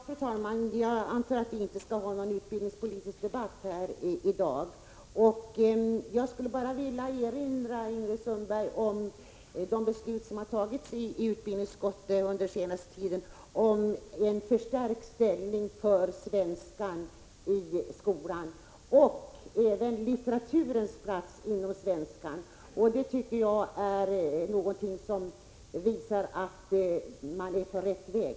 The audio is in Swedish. Fru talman! Jag antar att vi inte skall ha någon utbildningspolitisk debatt i dag. Jag vill bara erinra Ingrid Sundberg om de ställningstaganden som har gjorts i utbildningsutskottet under den senaste tiden om en förstärkning för svenskämnet i skolan och även om litteraturens plats inom svenskämnet. Detta visar att man är på rätt väg.